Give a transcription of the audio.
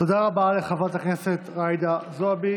תודה רבה לחברת הכנסת ג'ידא זועבי.